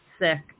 sick